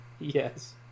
Yes